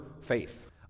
faith